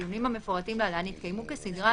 הדיונים המפורטים להלן יתקיימו כסדרם